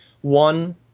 one